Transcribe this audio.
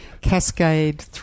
Cascade